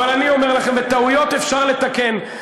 טעויות אפשר לתקן.